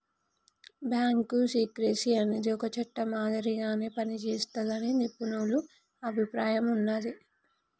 bank secrecy అనేది ఒక చట్టం మాదిరిగా పనిజేస్తాదని నిపుణుల అభిప్రాయం ఉన్నాది